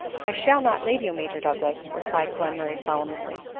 i shad not leave you, major douglas, replied glen murray solemnly,